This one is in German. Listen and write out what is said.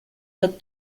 der